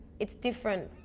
it's different.